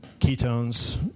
ketones